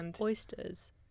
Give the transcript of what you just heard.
oysters